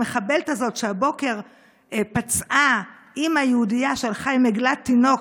המחבלת הזאת שהבוקר פצעה אימא יהודייה שהלכה עם עגלת תינוק